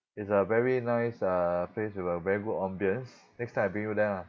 it's a very nice uh place with a very good ambience next time I bring you there lah